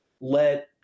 let